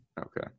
Okay